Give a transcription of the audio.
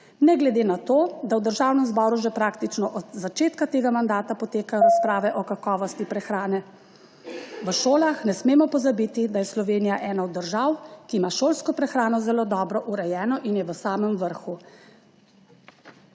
Ne glede na to da v Državnem zboru že praktično od začetka tega mandata potekajo razprave o kakovosti prehrane v šolah, ne smemo pozabiti, da je Slovenija ena od držav, ki ima šolsko prehrano zelo dobro urejeno in je v samem vrhu.